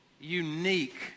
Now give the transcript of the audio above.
unique